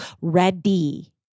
ready